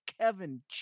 Kevin